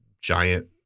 giant